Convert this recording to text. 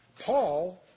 Paul